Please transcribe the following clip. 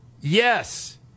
Yes